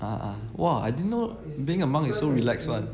ah ah !wah! I didn't know being a monk is so relaxed [one]